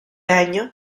año